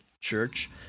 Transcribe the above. church